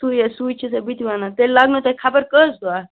تُیے سُیے چھَس بہٕ تہِ وَنان تیٚلہ لگنو تۄہہِ خبر کٔژ دۄہ